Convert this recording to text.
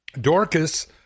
dorcas